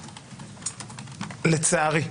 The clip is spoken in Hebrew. לצערי,